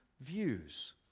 views